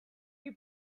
you